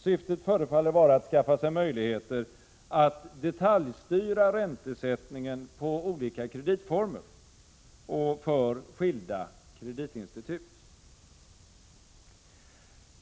Syftet förefaller vara att skaffa sig möjligheter att detaljstyra räntesättningen på olika kreditformer och för skilda kreditinstitut.